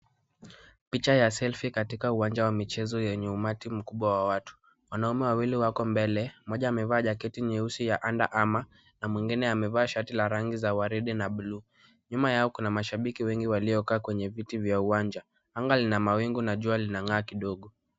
Picha ya selfie katika uwanja wa michezo yenye umati mkubwa wa watu. Wanaume wawili wako mbele, mmoja amevaa jaketi nyeusi ya under Armour na mwingine amevaa shati ni rangi za waridi na buluu. Numba yao kuna mashabiki wengi waliokaa kwenye viti vya uwanja. Angaa lina mawingu na jua linang'aa kidogo.